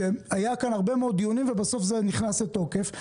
שהיו כאן הרבה מאוד דיונים ובסוף זה נכנס לתוקף.